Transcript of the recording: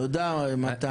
תודה מתן.